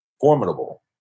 formidable